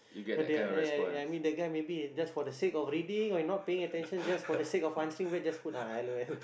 but there I mean that guy maybe is for the sake of reading or not paying attention just for the sake of answering then just put ah L_O_L